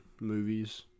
movies